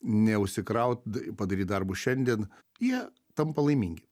neužsikraut padaryt darbus šiandien jie tampa laimingi